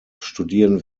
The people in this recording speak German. studieren